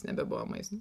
nebebuvo maisto